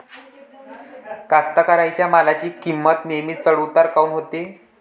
कास्तकाराइच्या मालाची किंमत नेहमी चढ उतार काऊन होते?